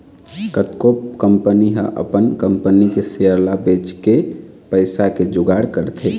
कतको कंपनी ह अपन कंपनी के सेयर ल बेचके पइसा के जुगाड़ करथे